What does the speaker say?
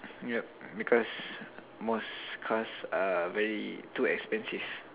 yup because most cars are very too expensive